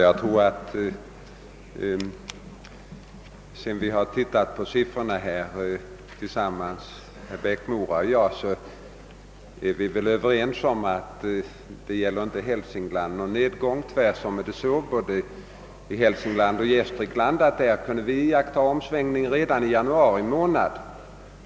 Herr talman! Sedan herr Eriksson i Bäckmora och jag tillsammans tittat på siffrorna tror jag att vi kan vara överens om att det inte är någon nedgång i Hälsingland. Tvärtom är det så — i både Hälsingland och Gästrikland — att man där kunde iaktta en omsvängning redan i januari månad.